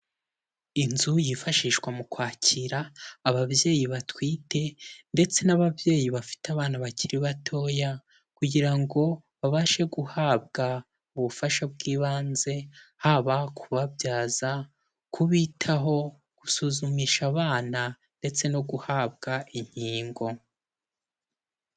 Inzu yifashishwa mu kwakira ababyeyi batwite ndetse n'ababyeyi bafite abana bakiri batoya, kugira ngo babashe guhabwa ubufasha bw'ibanze, haba kubabyaza, kubitaho, gusuzumisha abana ndetse no guhabwa inkingo.